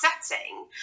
setting